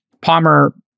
Palmer